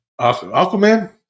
Aquaman